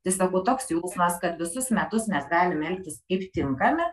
tai sakau toks jausmas kad visus metus mes galim elgtis kaip tinkami